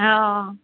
অঁ